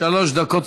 שלוש דקות,